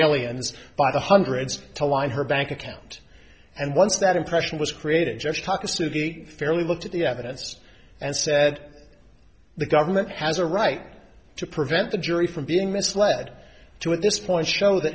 aliens by the hundreds to line her bank account and once that impression was created just talk us through the fairly looked at the evidence and said the government has a right to prevent the jury from being misled to at this point show th